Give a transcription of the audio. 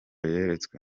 yeretswe